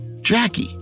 Jackie